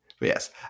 yes